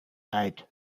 eight